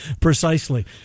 Precisely